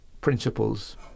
principles